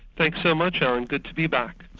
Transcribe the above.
thanks so much, alan, good to be back.